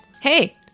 Hey